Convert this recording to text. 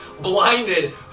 blinded